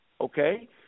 okay